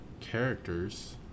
characters